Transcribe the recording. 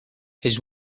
his